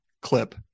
clip